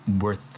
worth